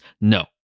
no